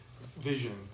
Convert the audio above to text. vision